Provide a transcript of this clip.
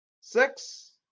six